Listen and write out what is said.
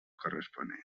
corresponent